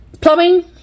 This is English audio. Plumbing